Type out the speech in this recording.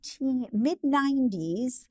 mid-90s